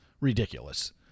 ridiculous